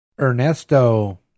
Ernesto